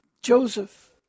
Joseph